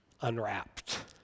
unwrapped